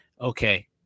Okay